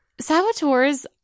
Saboteurs